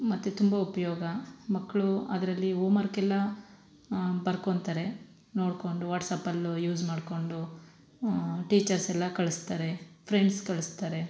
ಮತ್ತು ತುಂಬ ಉಪಯೋಗ ಮಕ್ಕಳು ಅದರಲ್ಲಿ ಓಮರ್ಕ್ ಎಲ್ಲ ಬರ್ಕೊತಾರೆ ನೋಡಿಕೊಂಡು ವಾಟ್ಸಾಪಲ್ಲೂ ಯೂಸ್ ಮಾಡಿಕೊಂಡು ಟೀಚರ್ಸ್ ಎಲ್ಲ ಕಳಿಸ್ತಾರೆ ಫ್ರೆಂಡ್ಸ್ ಕಳಿಸ್ತಾರೆ